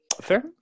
Fair